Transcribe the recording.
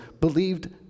believed